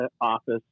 office